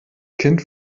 kind